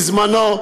הקדיש מזמנו,